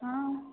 आम्